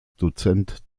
dozent